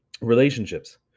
relationships